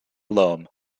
loam